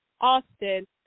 Austin